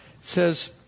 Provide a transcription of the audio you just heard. says